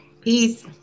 Peace